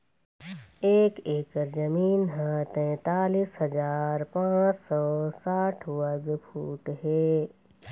एक एकर जमीन ह तैंतालिस हजार पांच सौ साठ वर्ग फुट हे